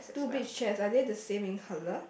two beach chairs are they the same in colour